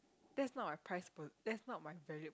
that's not my prized po~ that's not my valued